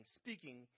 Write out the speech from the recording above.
speaking